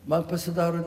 man pasidaro